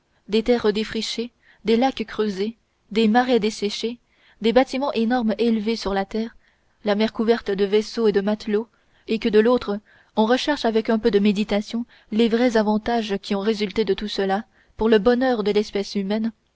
des terres défrichées des lacs creusés des marais desséchés des bâtiments énormes élevés sur la terre la mer couverte de vaisseaux et de matelots et que de l'autre on recherche avec un peu de méditation les vrais avantages qui ont résulté de tout cela pour le bonheur de l'espèce humaine